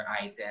item